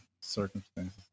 circumstances